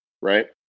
Right